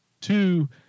two